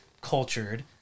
cultured